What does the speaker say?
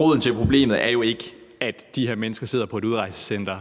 Roden til problemet er jo ikke, at de her mennesker sidder på et udrejsecenter.